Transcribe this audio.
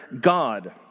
God